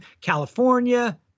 california